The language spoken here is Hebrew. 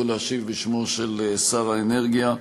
והוא להשיב בשמו של שר האנרגיה,